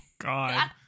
God